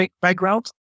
background